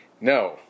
No